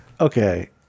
okay